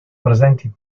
presenti